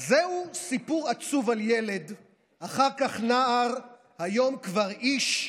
"זהו סיפור עצוב על ילד / אחר כך נער / היום כבר איש.